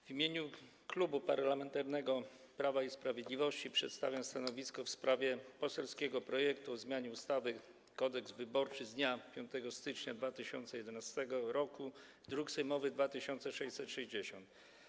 W imieniu Klubu Parlamentarnego Prawo i Sprawiedliwość przedstawiam stanowisko w sprawie poselskiego projektu ustawy o zmianie ustawy Kodeks wyborczy z dnia 5 stycznia 2011 r., druk sejmowy nr 2660.